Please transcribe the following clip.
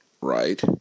right